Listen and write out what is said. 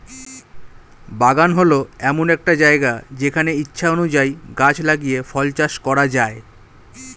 বাগান হল এমন একটা জায়গা যেখানে ইচ্ছা অনুযায়ী গাছ লাগিয়ে ফল চাষ করা যায়